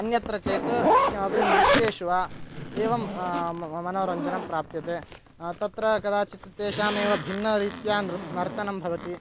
अन्यत्र चेत् किमपि नृत्येषु वा एवं मनोरञ्जनं प्राप्यते तत्र कदाचित् तेषामेव भिन्नरीत्या नृत्यं नर्तनं भवति